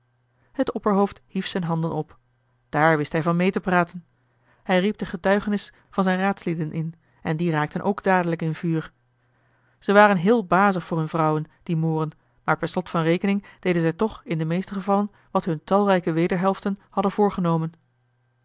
het opperhoofd hief z'n handen op daar wist hij van mee te praten hij riep de getuigenis van zijn raadslieden in en die raakten ook dadelijk in vuur ze waren heel bazig voor hun vrouwen die mooren maar per slot van rekening deden zij toch in de meeste gevallen wat hun talrijke wederhelften hadden voorgenomen